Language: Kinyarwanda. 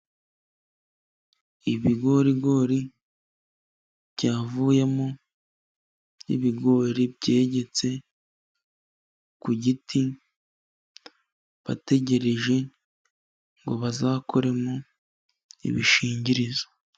Ibigorigori byavuyemo ibigori, byegetse ku giti bategereje ngo bazakoremo ibishingirizo.